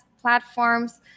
platforms